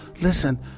Listen